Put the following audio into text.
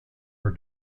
her